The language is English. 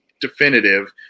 definitive